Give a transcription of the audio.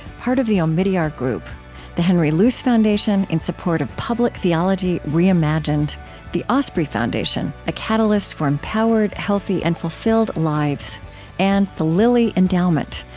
part of the omidyar group the henry luce foundation, in support of public theology reimagined the osprey foundation a catalyst for empowered, healthy, and fulfilled lives and the lilly endowment,